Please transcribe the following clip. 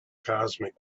cosmic